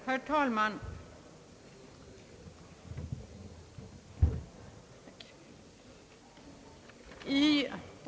Herr talman!